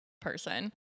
person